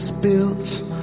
built